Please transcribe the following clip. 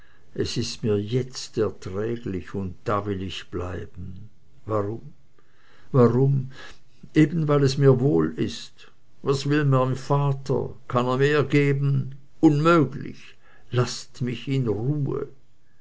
es ist mir jetzt erträglich und da will ich bleiben warum warum eben weil es mir wohl ist was will mein vater kann er mehr geben unmöglich laßt mich in ruhe